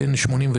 בין 89'